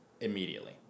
immediately